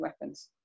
weapons